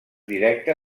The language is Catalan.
directe